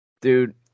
dude